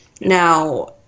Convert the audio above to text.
Now